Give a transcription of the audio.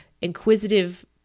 inquisitive